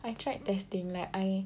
I tried testing like I